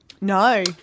No